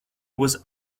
was